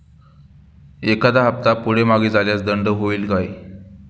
एखादा हफ्ता पुढे मागे झाल्यास दंड होईल काय?